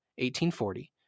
1840